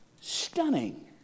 stunning